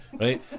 right